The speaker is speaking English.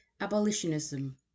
abolitionism